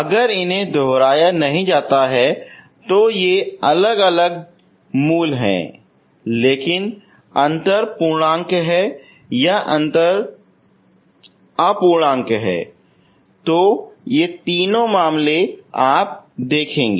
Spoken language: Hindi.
अगर इन्हें दोहराया नहीं जाता है तो ये अलग अलग जड़ें हैं लेकिन अंतर पूर्णांक है या अंतर नॉन पूर्णांक है तो ये तीन मामले आप देखेंगे